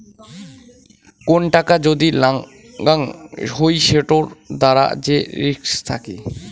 কোন টাকা যদি লাগাং হই সেটোর দ্বারা যে রিস্ক থাকি